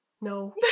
no